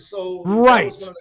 Right